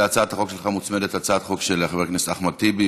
להצעת החוק שלך מוצמדת הצעת חוק של חבר הכנסת אחמד טיבי.